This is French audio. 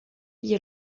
liés